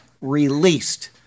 released